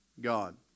God